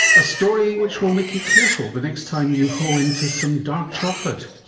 a story which will make you careful the next time you hoe into some dark chocolate.